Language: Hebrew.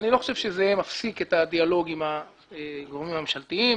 איני חושב שזה מפסיק את הדיאלוג עם הגורמים הממשלתיים,